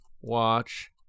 watch